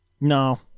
No